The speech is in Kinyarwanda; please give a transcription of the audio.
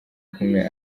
kumwe